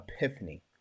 epiphany